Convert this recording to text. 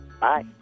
Bye